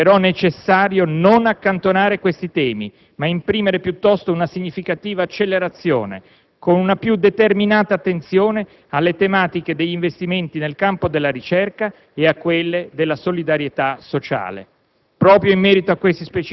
ritengo necessario non accantonare questi temi ma imprimere, piuttosto, una significativa accelerazione, con una più determinata attenzione, alle tematiche degli investimenti nel campo della ricerca e della solidarietà sociale.